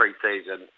pre-season